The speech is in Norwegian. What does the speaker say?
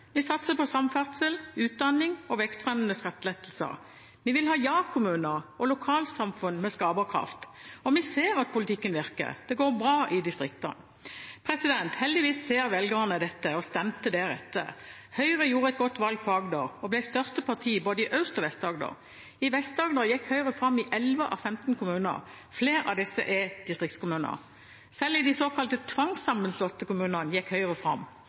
Vi satser på samferdsel, utdanning og vekstfremmende skattelettelser. Vi vil ha «ja-kommuner» og lokalsamfunn med skaperkraft. Og vi ser at politikken virker, det går bra i distriktene. Heldigvis ser velgerne dette og stemte deretter. Høyre gjorde et godt valg i Agder og ble største parti i både Aust- og Vest-Agder. I Vest-Agder gikk Høyre fram i 11 av 15 kommuner, og flere av disse er distriktskommuner. Selv i de såkalt tvangssammenslåtte kommunene gikk Høyre fram.